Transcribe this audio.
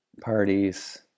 parties